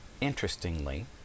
Interestingly